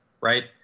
right